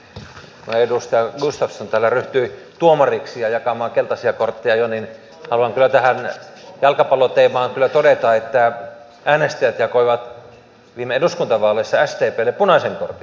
kun edustaja gustaffson täällä ryhtyi tuomariksi ja jakamaan keltaisia kortteja jo niin haluan kyllä tähän jalkapalloteemaan todeta että äänestäjät jakoivat viime eduskuntavaaleissa sdplle punaisen kortin